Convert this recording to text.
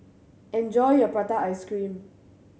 enjoy your prata ice cream